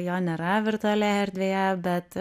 jo nėra virtualioje erdvėje bet